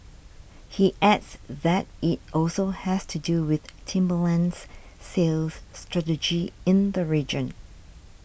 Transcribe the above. he adds that it also has to do with Timberland's sales strategy in the region